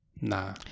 Nah